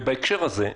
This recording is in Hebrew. בהקשר הזה,